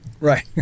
Right